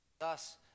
thus